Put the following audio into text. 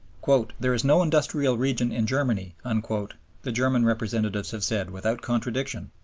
there is no industrial region in germany, and the german representatives have said without contradiction,